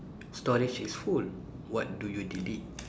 storage is full what do you delete